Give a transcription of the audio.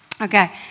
Okay